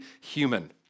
human